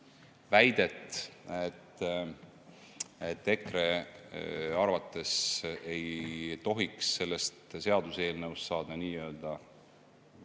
väidet, et EKRE arvates ei tohiks sellest seaduseelnõust saada nii-öelda –